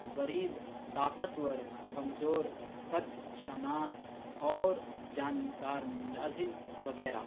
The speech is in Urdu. غریب طاقتور کمزور فرض شناس اور جان نثار ملازم وغیرہ